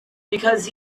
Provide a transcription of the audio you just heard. because